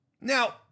Now